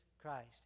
christ